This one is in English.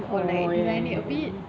oh ya ya ya